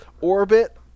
orbit